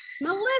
Melissa